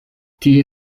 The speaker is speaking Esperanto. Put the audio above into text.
tie